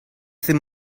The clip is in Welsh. ddim